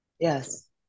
yes